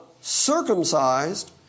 circumcised